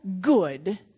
good